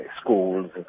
schools